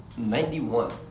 91